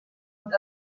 und